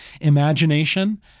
imagination